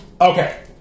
Okay